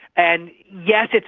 and yes,